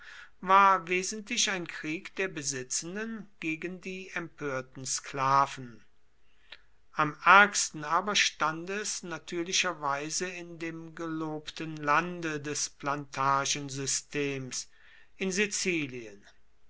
war wesentlich ein krieg der besitzenden gegen die empörten sklaven am ärgsten aber stand es natürlicherweise in dem gelobten lande des plantagensystems in sizilien